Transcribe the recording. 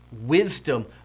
Wisdom